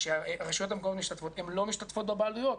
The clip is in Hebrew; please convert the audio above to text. הן לא משתתפות בבעלויות.